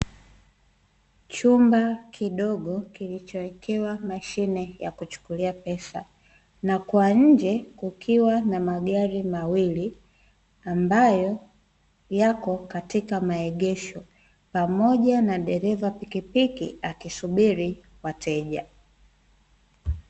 Chumba kidogo kilichowekewa mashine ya kuchukulia pesa, na kwa nje kukiwa na magari mawili ambayo yako katika maegesho pamoja na dereva pikipiki akisubiri wateja.